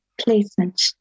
placement